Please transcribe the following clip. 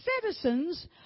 citizens